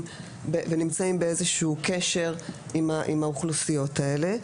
ונמצאים באיזשהו קשר עם האוכלוסיות האלה.